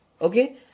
Okay